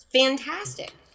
fantastic